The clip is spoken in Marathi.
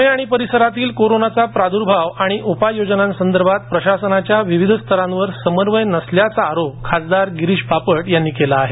पूणे आणि परिसरातील कोरोनाचा प्रादुर्भाव आणि उपाय योजनांसंदर्भात प्रशासनाच्या विविध स्तरावर समन्वय नसल्याचा आरोप खासदार गिरीश बापट यांनी केला आहे